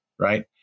right